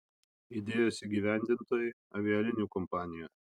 idėjos įgyvendintojai avialinijų kompanija